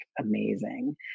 amazing